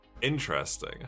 Interesting